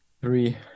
Three